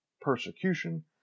persecution